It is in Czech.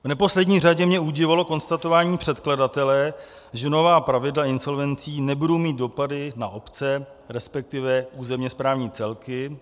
V neposlední řadě mě udivilo konstatování předkladatele, že nová pravidla insolvencí nebudou mít dopady na obce, resp. územně správní celky.